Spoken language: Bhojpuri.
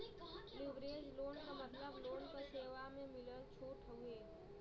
लिवरेज लोन क मतलब लोन क सेवा म मिलल छूट हउवे